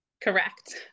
Correct